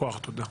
תודה.